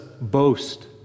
boast